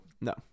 No